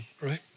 Right